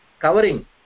covering